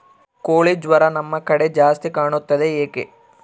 ಕೋಳಿ ಜ್ವರ ನಮ್ಮ ಕಡೆ ಜಾಸ್ತಿ ಕಾಣುತ್ತದೆ ಏಕೆ?